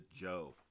Joe